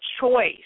choice